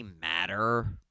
matter